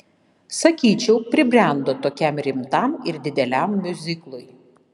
sakyčiau pribrendo tokiam rimtam ir dideliam miuziklui